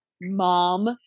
Mom